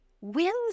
wins